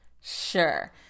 Sure